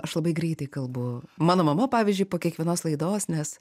aš labai greitai kalbu mano mama pavyzdžiui po kiekvienos laidos nes